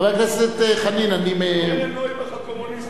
חבר הכנסת חנין אני, קרן נויבך הקומוניסטית.